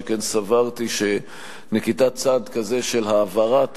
שכן סברתי שנקיטת צעד כזה של העברת